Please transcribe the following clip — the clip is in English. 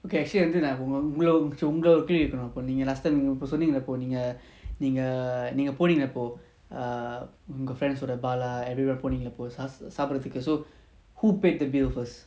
okay actually நான்வந்து:nan vandhu last time சொன்னேங்களாஇப்போ:sonnengala ipo err girlfriend err bala everywhere சாப்பிட்றதுக்கு:sapdrathuku so who paid the bill first